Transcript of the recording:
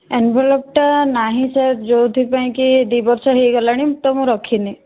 envelope ଟା ନାହିଁ sir ଯେଉଁଥି ପାଇଁକି ଦୁଇ ବର୍ଷ ହୋଇଗଲାଣି